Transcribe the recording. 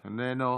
איננו,